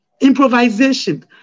Improvisation